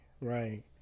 right